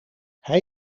hij